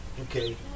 okay